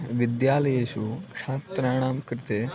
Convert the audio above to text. विद्यालयेषु छात्राणां कृते